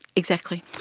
exactly.